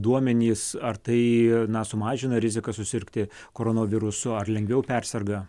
duomenys ar tai na sumažina riziką susirgti koronovirusu ar lengviau perserga